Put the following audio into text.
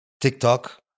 TikTok